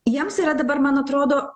jiems yra dabar man atrodo